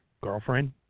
girlfriend